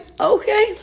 okay